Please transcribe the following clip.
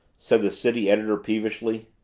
said the city editor peevishly.